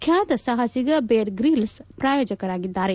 ಖ್ಯಾತ ಸಾಹಸಿಗ Bear Grylls ಪ್ರಾಯೋಜಕರಾಗಿದ್ದಾರೆ